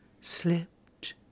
slipped